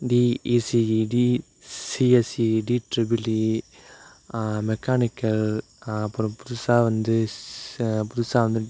DECE DCSC D triple E mechanical அப்புறம் புதுசாக வந்து புதுசாக வந்து